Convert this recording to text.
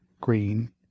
green